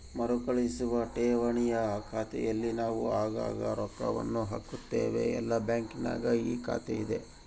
ಮರುಕಳಿಸುವ ಠೇವಣಿಯ ಖಾತೆಯಲ್ಲಿ ನಾವು ಆಗಾಗ್ಗೆ ರೊಕ್ಕವನ್ನು ಹಾಕುತ್ತೇವೆ, ಎಲ್ಲ ಬ್ಯಾಂಕಿನಗ ಈ ಖಾತೆಯಿದೆ